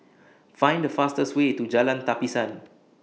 Find The fastest Way to Jalan Tapisan